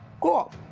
Cool